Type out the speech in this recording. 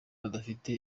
adafite